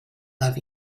love